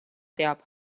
teab